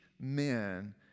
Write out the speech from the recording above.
men